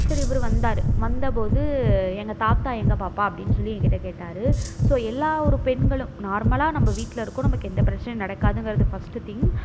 சரி இவர் வந்தார் வந்தபோது எங்கள் தாத்தா எங்கே பாப்பா அப்படின்னு சொல்லி எங்கிட்டே கேட்டார் ஸோ எல்லா ஒரு பெண்களும் நார்மலாக நம்ம வீட்டில் இருக்கோம் நமக்கு எந்த பிரச்சனையும் நடக்காதுங்கிறது ஃபஸ்ட்டு திங்க்